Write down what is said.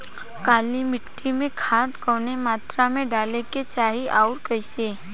काली मिट्टी में खाद कवने मात्रा में डाले के चाही अउर कइसे?